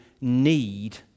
need